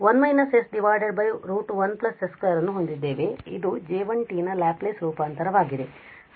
ಆದ್ದರಿಂದ ನಾವು 1 −s √1s 2 ಅನ್ನು ಹೊಂದಿದ್ದೇವೆ ಅದು J1 ನ ಲ್ಯಾಪ್ಲೇಸ್ ರೂಪಾಂತರವಾಗಿದೆ